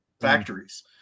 factories